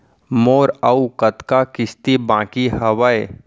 मोर अऊ कतका किसती बाकी हवय?